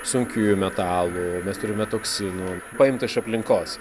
sunkiųjų metalų mes turime toksinų paimta iš aplinkos